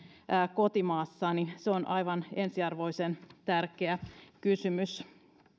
kotimaassa on aivan ensiarvoisen tärkeä kysymys